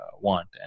want